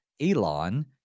Elon